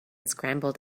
scrambled